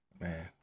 Man